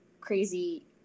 crazy